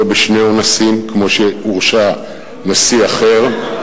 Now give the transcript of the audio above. לא בשני אונסים כמו שהורשע נשיא אחר,